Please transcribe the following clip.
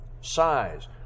size